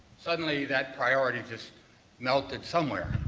suddenly that priority just melted somewhere,